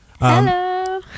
Hello